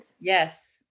Yes